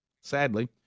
sadly